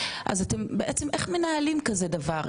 אז בעצם איך מנהלים כזה דבר,